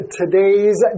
today's